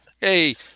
Hey